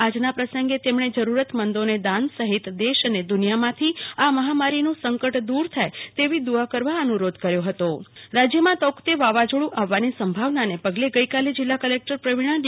આજના પ્રસંગે તેમણે જરૂરતમંદોને દાન સહિત દેશ અને દુનિયામાંથી આ મહામારીનું સંકટ દુર થાય તેવી દુઆ કરવા અનુરોધ કર્યો હતો કલ્પના શાહ વાવાઝોડુ બેઠક રાજ્યમાં તૌકતે વાવાઝોડુ આવવાની સંભાવનાને પગલે ગઈકાલે જિલ્લા કલેક્ટર પ્રવીણા ડી